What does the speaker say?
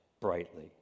brightly